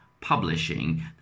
publishing